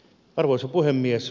arvoisa puhemies